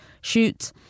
shoot